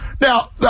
Now